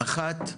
אחת,